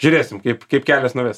žiūrėsim kaip kaip kelias nuves